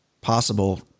possible